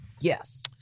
Yes